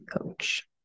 coach